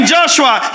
Joshua